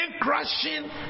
crashing